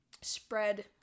spread